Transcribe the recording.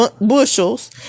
bushels